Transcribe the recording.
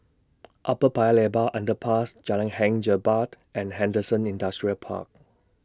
Upper Paya Lebar Underpass Jalan Hang Jebat and Henderson Industrial Park